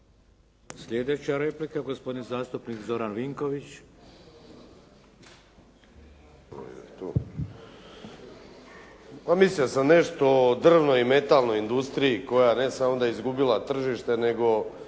Sljedeća replika gospodin zastupnik Zoran Vinković. **Vinković, Zoran (SDP)** Pa mislio sam nešto o drvnoj i metalnoj industriji koja ne samo da je izgubila tržište nego